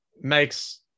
makes